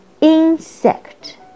insect